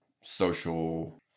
social